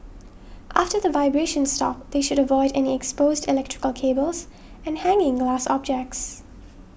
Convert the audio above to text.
after the vibrations stop they should avoid any exposed electrical cables and hanging glass objects